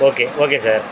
okay okay sir